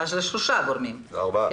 כלומר גם הרשות המקומית וגם